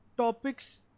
Topics